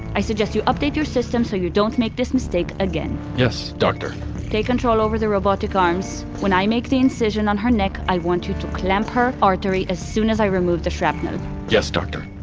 i suggest you update your system so you don't make this mistake again yes, doctor take control over the robotic arms. when i make the incision on her neck, i want you to clamp her artery as soon as i remove the shrapnel yes, doctor